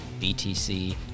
BTC